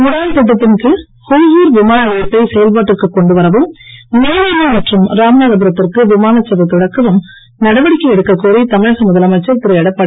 உதான் திட்டத்தின் கீழ் ஒதூர் விமானநிலையத்தை செயல்பாட்டிற்கு கொண்டு வரவும் நெய்வேலி மற்றும் ராமனாதபுரத்திற்கு விமானசேவை தொடக்கவும் நடவடிக்கை எடுக்கக் கோரி தமிழக முதலமைச்சர் திரு எடப்பாடி